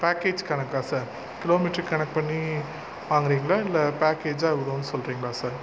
package கணக்கா sir kilometre கணக்கு பண்ணி வாங்குறீங்களா இல்லை பேக்கேஜா இவ்வளோனு சொல்கிறிங்களா சார்